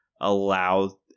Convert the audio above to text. allow